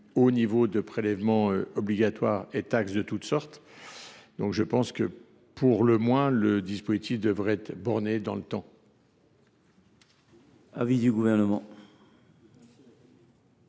haut niveau de prélèvements obligatoires et taxes de toutes sortes. Pour le moins, le dispositif proposé devrait être borné dans le temps.